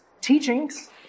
teachings